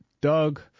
Doug